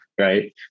Right